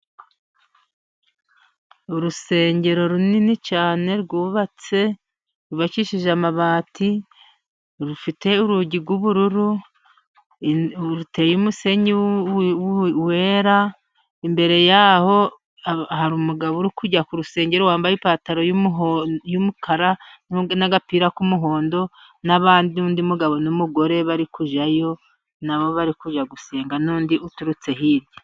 Urusengero runini cyane rwubatse rwubakishije amabati, rufite urugi rw'ubururu ruteye umusenyi wera. Imbere yaho hari umugabo uri kujya ku rusengero wambaye ipantaro y'umukara n'agapira k'umuhondo n'abandi n'undi mugabo n'umugore bari kujyayo, nabo bari kujya gusenga n'undi uturutse hirya.